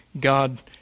God